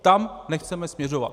Tam nechceme směřovat.